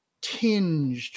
tinged